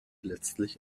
letztlich